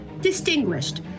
distinguished